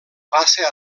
passa